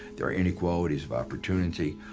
there are inequalities of opportunity,